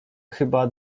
chyba